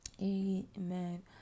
Amen